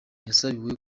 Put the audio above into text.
yasabiwe